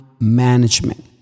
management